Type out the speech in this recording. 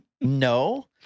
No